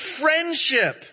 friendship